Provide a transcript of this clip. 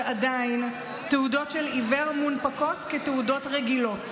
ועדיין תעודות של עיוור מונפקות כתעודות רגילות.